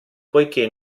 poiché